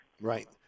Right